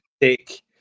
take